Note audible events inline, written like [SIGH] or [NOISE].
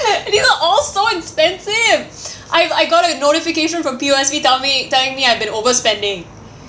and you know all so expensive [BREATH] I've I got a notification from P_O_S_B tell me telling me I've been overspending